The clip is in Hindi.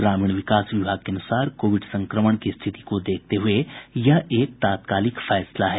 ग्रामीण विकास विभाग के अनुसार कोविड संक्रमण की स्थिति को देखते हुए यह एक तात्कालिक फैसला है